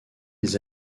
des